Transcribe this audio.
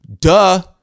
Duh